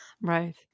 Right